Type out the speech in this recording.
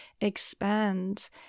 expands